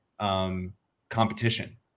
competition